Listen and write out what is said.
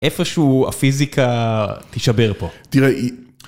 איפשהו הפיזיקה תשבר פה. תראה, היא...